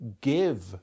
give